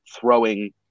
throwing